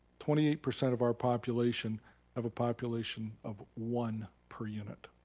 twenty eight percent of our population of a population of one per unit.